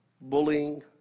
bullying